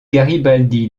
garibaldi